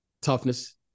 toughness